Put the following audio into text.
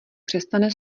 přestane